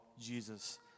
Jesus